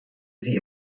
sie